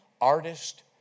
artist